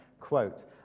Quote